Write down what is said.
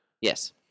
Yes